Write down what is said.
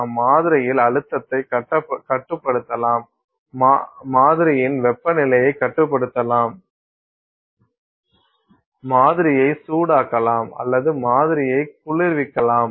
நாம் மாதிரியில் அழுத்தத்தை கட்டுப்படுத்தலாம் மாதிரியின் வெப்பநிலையை கட்டுப்படுத்தலாம் மாதிரியை சூடாக்கலாம் அல்லது மாதிரியை குளிர்விக்கலாம்